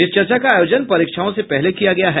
इस चर्चा का आयोजन परीक्षाओं से पहले किया गया है